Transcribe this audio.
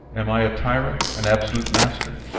am i a tyrant, an absolute master?